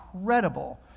incredible